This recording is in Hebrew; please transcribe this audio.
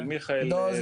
של מיכאל ביטון --- לא,